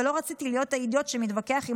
ולא רציתי להיות האידיוט שמתווכח עם